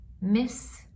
miss